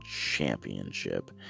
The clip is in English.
Championship